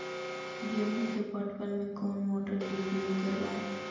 गेंहू के पटवन में कौन मोटर उपयोग करवय?